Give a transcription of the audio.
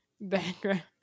background